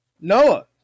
Noah